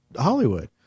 Hollywood